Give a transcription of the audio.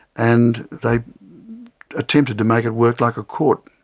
and they attempted to make it work like a court.